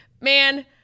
man